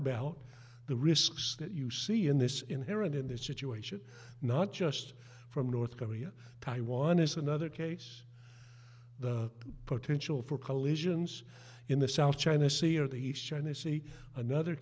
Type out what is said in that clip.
about the risks that you see in this inherent in this situation not just from north korea taiwan is another case the potential for collisions in the south china sea or the east china sea another